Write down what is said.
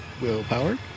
willpower